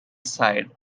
sighed